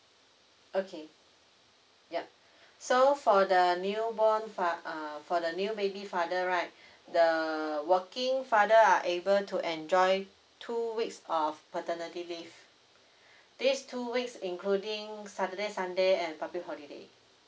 okay yup so for the newborn fath~ uh for the new baby father right the the working father are able to enjoy two weeks of paternity leave this two weeks including saturday sunday and public holiday